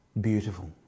Beautiful